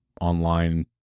online